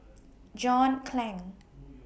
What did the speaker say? John Clang